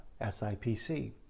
SIPC